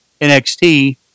NXT